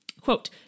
Quote